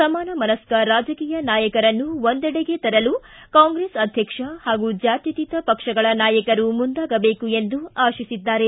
ಸಮಾನ ಮನಸ್ತ ರಾಜಕೀಯ ನಾಯಕರನ್ನು ಒಂದೆಡೆಗೆ ತರಲು ಕಾಂಗ್ರೆಸ್ ಅಧ್ಯಕ್ಷ ಹಾಗೂ ಪ್ರತಿಪಕ್ಷಗಳ ನಾಯಕರು ಮುಂದಾಗಬೇಕು ಎಂದು ಆಶಿಸಿದ್ದಾರೆ